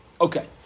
okay